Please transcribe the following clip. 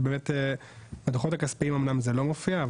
באמת בדו"חות הכספיים זה לא מופיע,